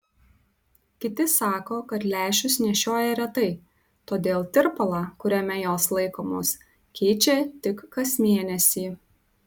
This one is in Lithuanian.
kiti sako kad lęšius nešioja retai todėl tirpalą kuriame jos laikomos keičia tik kas mėnesį